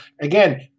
Again